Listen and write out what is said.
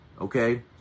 Okay